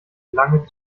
lange